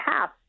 half